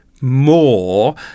more